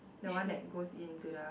the one that goes into the